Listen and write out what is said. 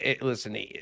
listen